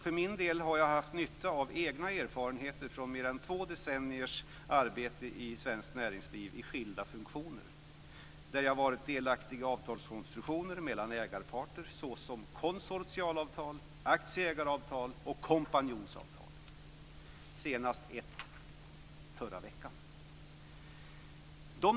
För min del har jag haft nytta av egna erfarenheter från mer än två decenniers arbete i skilda funktioner i svenskt näringsliv, där jag har varit delaktig i avtalskonstruktioner mellan ägarparter såsom konsortialavtal, aktieägaravtal och kompanjonsavtal. Senast ett förra veckan.